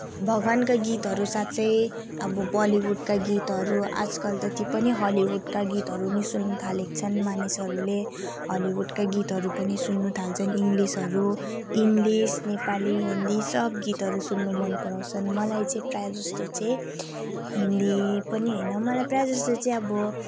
भगवानको गीतहरू साथै अब बलिवुडका गीतहरू आजकल त ती पनि हलिवुडका गीतहरू नि सुन्न थालेका छन् मानिसहरूले हलिवुडका गीतहरू पनि सुन्न थाल्छन् इङ्गलिसहरू इङ्लिस नेपाली हिन्दी सब गीतहरू सुन्न मन पराउँछन् मलाई चाहिँ प्रायः जस्तो चाहिँ हिन्दी पनि होइन मलाई प्रायः जस्तो चाहिँ अब